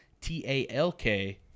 T-A-L-K